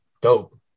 dope